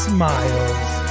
Smiles